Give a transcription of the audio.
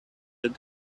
that